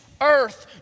earth